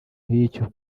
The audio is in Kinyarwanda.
nk’icyo